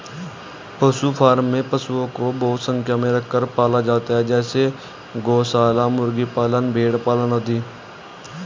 पशु फॉर्म में पशुओं को बहुत संख्या में रखकर पाला जाता है जैसे गौशाला, मुर्गी पालन, भेड़ पालन आदि